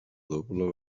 doble